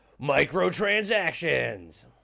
Microtransactions